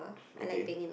okay